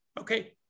okay